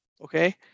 okay